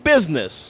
business